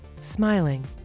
Smiling